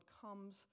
comes